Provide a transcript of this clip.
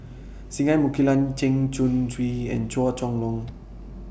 Singai Mukilan Chen Chong Swee and Chua Chong Long